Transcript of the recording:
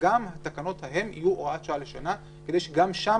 שגם התקנות ההן יהיו הוראת שעה לשנה כדי שגם שם